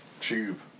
tube